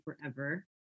forever